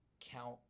Count